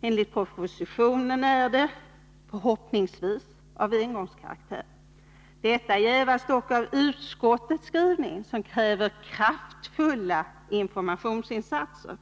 Enligt propositionen är detta — förhoppningsvis — kostnader av engångskaraktär. Detta jävas dock av utskottets skrivning, där det krävs kraftfulla informationsinsatser.